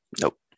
Nope